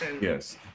Yes